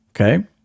Okay